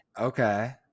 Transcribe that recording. Okay